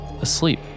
Asleep